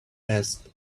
asked